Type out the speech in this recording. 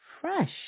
fresh